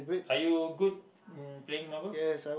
are you good in playing marbles